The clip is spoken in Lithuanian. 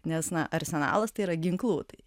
nes na arsenalas tai yra ginklų